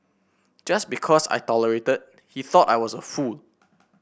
just because I tolerated he thought I was a fool